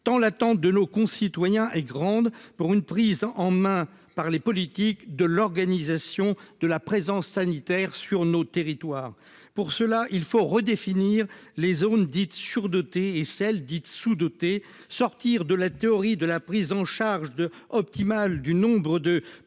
dans l'attente de nos concitoyens et grande pour une prise en main par les politiques de l'organisation de la présence sanitaire sur notre territoire pour cela, il faut redéfinir les zones dites surdotées et celles dites sous-dotées, sortir de la théorie de la prise en charge de optimal du nombre de patients